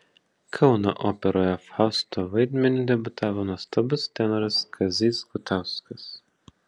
kauno operoje fausto vaidmeniu debiutavo nuostabus tenoras kazys gutauskas